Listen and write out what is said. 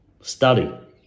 Study